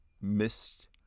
missed